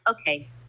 okay